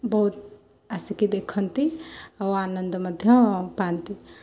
ବହୁତ ଆସିକି ଦେଖନ୍ତି ଆଉ ଆନନ୍ଦ ମଧ୍ୟ ପାଆନ୍ତି